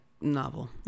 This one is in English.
novel